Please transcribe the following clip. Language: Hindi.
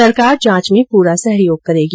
सरकार जांच में पूरा सहयोग करेगी